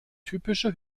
typische